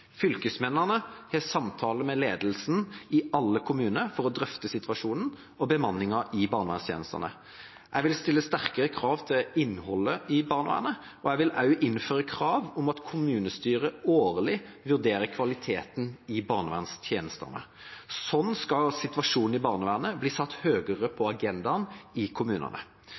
Fylkesmennene har samtaler med ledelsen i alle kommuner for å drøfte situasjonen og bemanningen i barnevernstjenestene. Jeg vil stille sterkere krav til innholdet i barnevernet, og jeg vil også innføre krav om at kommunestyret årlig vurderer kvaliteten i barnevernstjenestene. Slik skal situasjonen i barnevernet bli satt høyere opp på agendaen i kommunene.